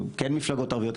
כן מפלגות ערביות,